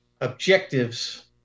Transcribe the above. objectives